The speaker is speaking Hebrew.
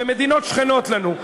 במדינות שכנות לנו.